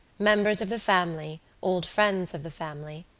members of the family, old friends of the family,